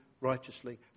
righteously